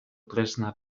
tresna